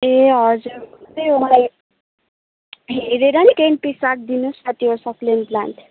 ए हजुर मलाई हेरेर नि टेन पिस राखिदिनुहोस् न त्यो सक्कुलेन्ट प्लान्ट